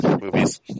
movies